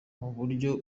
muburyo